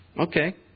okay